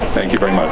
thank you very much.